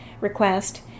request